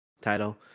title